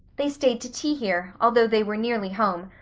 they stayed to tea here, although they were nearly home,